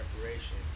preparation